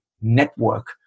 network